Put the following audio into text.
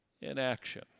inaction